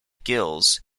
gills